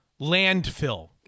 landfill